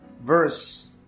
verse